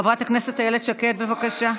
חברת הכנסת איילת שקד, בבקשה.